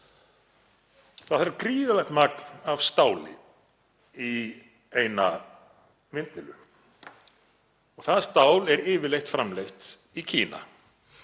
Það þarf gríðarlegt magn af stáli í eina vindmyllu. Það stál er yfirleitt framleitt í Kína,